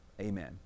Amen